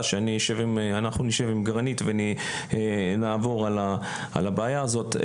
אנחנו נשב עם גרנית ונעבור על הבעיה הזאת.